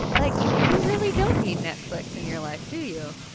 like, you really don't need netflix in your life, do you?